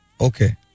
Okay